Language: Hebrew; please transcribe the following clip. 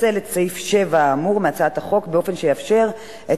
לפצל את סעיף 7 האמור מהצעת החוק באופן שיאפשר את